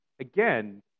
again